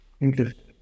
Interesting